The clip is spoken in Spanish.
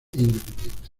independiente